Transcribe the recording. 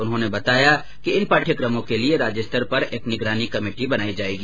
उन्होंने बताया कि इन पाठयकमों के लिये राज्यस्तर पर एक निगरानी समिति बनाई जायेगी